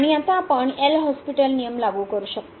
आणि आता आपण एल हॉस्पिटल नियम लागू करू शकतो